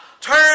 Turn